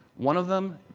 one of them,